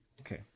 Okay